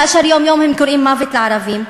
כאשר יום-יום הם קוראים "מוות לערבים";